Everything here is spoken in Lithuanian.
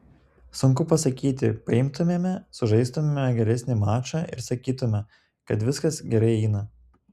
sunku pasakyti paimtumėme sužaistumėme geresnį mačą ir sakytumėme kad viskas gerai eina